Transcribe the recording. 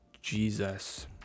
Jesus